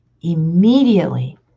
Immediately